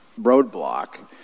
roadblock